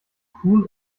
kuhn